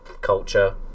culture